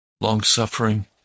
long-suffering